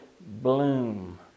bloom